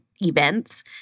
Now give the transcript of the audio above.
events